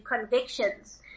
convictions